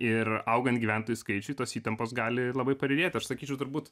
ir augant gyventojų skaičiui tos įtampos gali labai padidėt aš sakyčiau turbūt